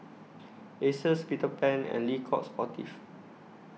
Asus Peter Pan and Le Coq Sportif